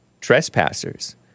Trespassers